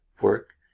work